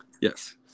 Yes